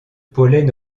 pollen